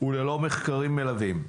וללא מחקרים מלווים.